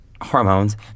hormones